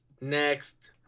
next –